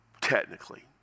technically